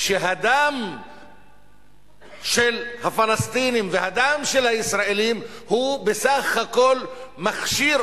שהדם של הפלסטינים והדם של הישראלים הוא בסך הכול מכשיר,